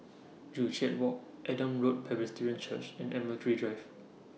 Joo Chiat Walk Adam Road Presbyterian Church and Admiralty Drive